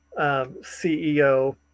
ceo